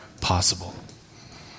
possible